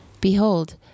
Behold